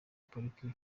pariki